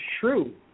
true